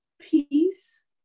peace